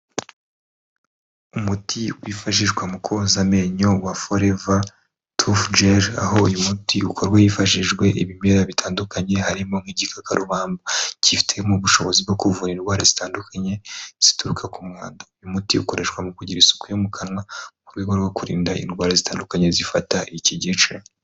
Umuti wifashishwa mu koza amenyo wa foreva tufu jeri, aho uyu muti ukorwa hifashijwe ibimera bitandukanye harimo nk'igikakarubamba, cyifitemo ubushobozi bwo kuvura indwara zitandukanye zituruka ku mwanda. Uyu muti ukoreshwa mu kugira isuku yo mu kanwa mu rwego rwo kurinda indwara zitandukanye zifata iki gice.